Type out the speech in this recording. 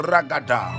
Ragada